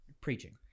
preaching